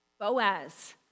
Boaz